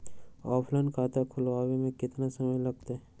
Offline खाता खुलबाबे में केतना समय लगतई?